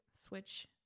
switch